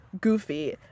goofy